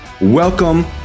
Welcome